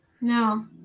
No